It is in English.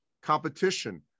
competition